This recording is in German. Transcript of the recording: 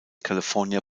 california